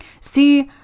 See